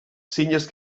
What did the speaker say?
zinez